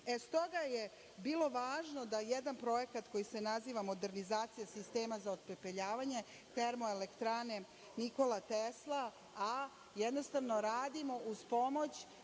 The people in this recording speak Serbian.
stoga je bilo važno da jedan projekat koji se naziva modernizacija sistema za otpepeljavanje „Termoelektrane Nikola Tesla A“ jednostavno radimo uz pomoć